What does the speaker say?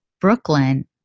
Brooklyn